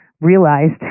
realized